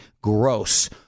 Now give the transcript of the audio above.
gross